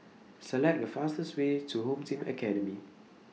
Select The fastest Way to Home Team Academy